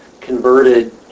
converted